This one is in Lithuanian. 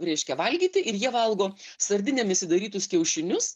reiškia valgyti ir jie valgo sardinėmis įdarytus kiaušinius